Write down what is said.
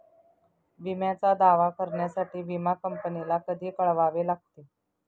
विम्याचा दावा करण्यासाठी विमा कंपनीला कधी कळवावे लागते?